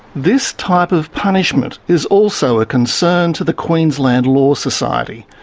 this type of punishment is also a concern to the queensland law society.